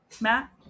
Matt